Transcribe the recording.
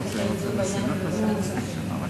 אבל בכל זאת אני מבקשת לדון בעניין הזה בוועדת הכספים.